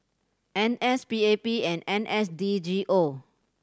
N S P A P and N S D G O